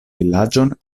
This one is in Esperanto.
vilaĝon